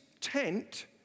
tent